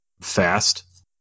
fast